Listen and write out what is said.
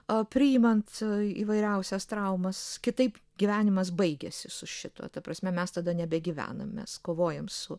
a priimant įvairiausias traumas kitaip gyvenimas baigiasi su šituo ta prasme mes tada nebegyvenam mes kovojam su